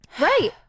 Right